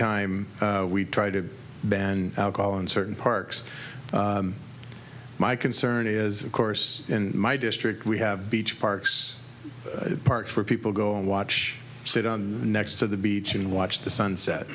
time we try to ban alcohol in certain parks my concern is of course in my district we have beach parks parks where people go and watch sit on next to the beach and watch the sunset